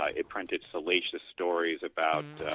ah it printed salacious stories about